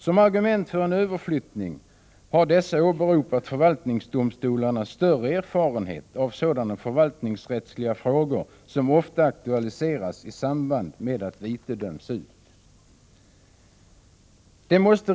Som argument för en överflyttning har dessa åberopat förvaltningsdomstolarnas större erfarenhet av sådana förvaltningsrättsliga frågor som ofta aktualiseras i samband med att vite döms ut.